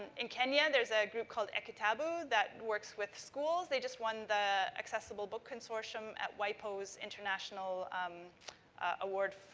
and in kenya, there's a group called ekitabu that works with schools. they just won the accessible book consortium at wipo's international um award.